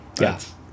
Yes